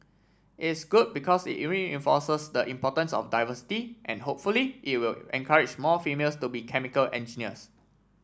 it's good because it reinforces the importance of diversity and hopefully it will encourage more females to be chemical engineers